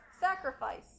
sacrifice